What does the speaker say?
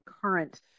current